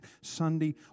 Sunday